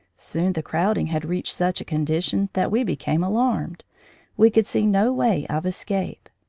soon the crowding had reached such a condition that we became alarmed we could see no way of escape.